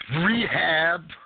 rehab